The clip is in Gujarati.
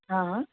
અહહ